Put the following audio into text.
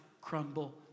crumble